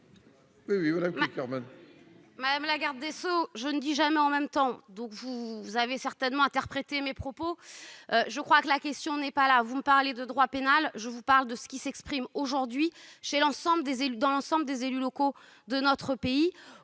Madame la garde des sceaux, je ne dis jamais « en même temps »; vous avez donc certainement interprété mes propos. La question n'est pas là. Vous me parlez de droit pénal, je vous parle de ce qui s'exprime aujourd'hui parmi l'ensemble des élus locaux de notre pays.